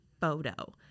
photo